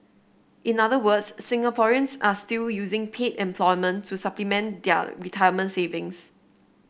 in other words Singaporeans are still using paid employment to supplement their retirement savings